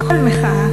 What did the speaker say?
כל מחאה,